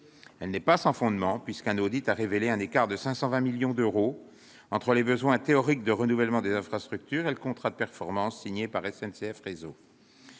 Elle n'est pas sans fondement, puisqu'un audit a révélé un écart de 520 millions d'euros entre les besoins théoriques de renouvellement des infrastructures et le contrat de performance signé par SNCF Réseau.